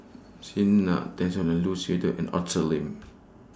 Zena Tessensohn Lu Suitin and Arthur Lim